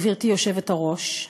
גברתי היושבת-ראש,